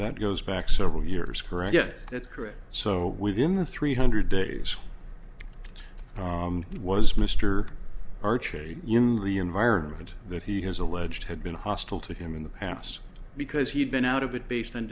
that goes back several years correct yes that's correct so within the three hundred days he was mr arch in the environment that he has alleged had been hostile to him in the past because he had been out of it based on